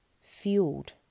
fueled